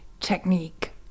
technique